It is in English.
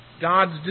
God's